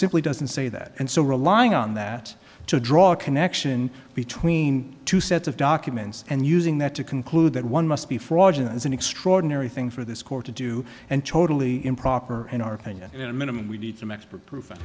simply doesn't say that and so relying on that to draw a connection between two sets of documents and using that to conclude that one must be fraudulent is an extraordinary thing for this court to do and totally improper in our opinion minimum we need some expert proof